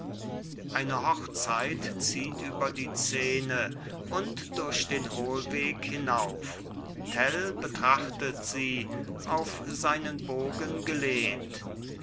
eine hochzeit zieht über die szene und durch den hohlweg hinauf tell betrachtet sie auf seinen bogen gelehnt